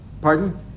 Pardon